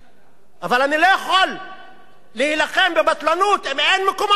אבל אני לא יכול להילחם בבטלנות אם אין מקומות עבודה.